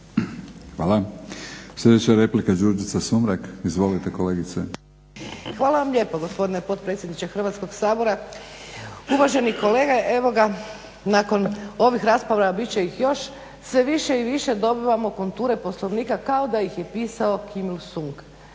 Hvala. Sljedeća replika Đurđica Sumrak. Izvolite kolegice. **Sumrak, Đurđica (HDZ)** Hvala vam lijepo gospodine potpredsjedniče Hrvatskog sabora, uvaženi kolege. Evo ga, nakon ovih rasprava, bit će ih još, sve više i više dobivamo konture Poslovnika kao da ih je pisao Kim II Sung